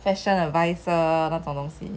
fashion advisor 那种东西